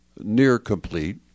near-complete